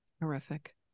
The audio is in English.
Horrific